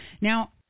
Now